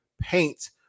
paint